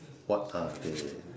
what are they